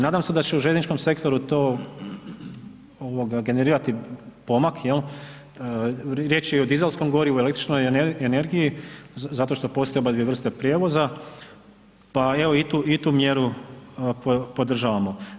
Nadam se da će u željezničkom sektoru to ovoga generirati pomak jel, riječ je o dizelskom gorivu i o električnoj energiji zato što postoje obadvije vrste prijevoza, pa evo i tu, i tu mjeru podržavamo.